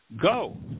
go